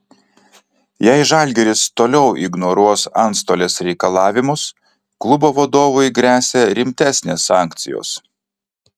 jei žalgiris toliau ignoruos antstolės reikalavimus klubo vadovui gresia rimtesnės sankcijos